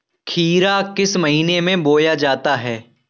खीरा किस महीने में बोया जाता है?